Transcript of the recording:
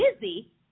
busy